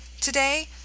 Today